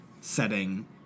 setting